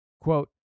Quote